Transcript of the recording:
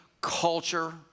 culture